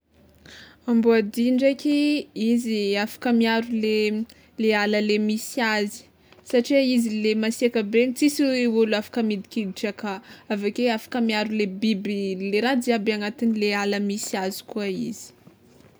Amboadia ndraiky, izy afaka miaro le le ala le misy azy satria izy le masiaka be igny tsisy olo afaka midikiditra aka aveke afaka miaro le biby le raha jiaby agnatin'ny le ala misy azy koa izy.